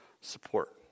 support